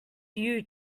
you